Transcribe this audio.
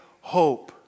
hope